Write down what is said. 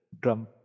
drum